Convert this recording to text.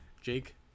Jake